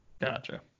gotcha